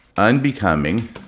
unbecoming